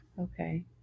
Okay